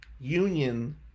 union